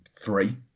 Three